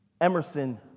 Emerson